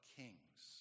kings